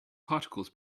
particles